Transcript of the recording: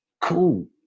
cool